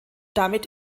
damit